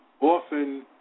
often